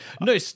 No